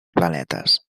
planetes